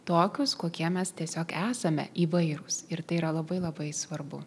tokius kokie mes tiesiog esame įvairūs ir tai yra labai labai svarbu